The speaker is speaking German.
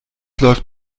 läuft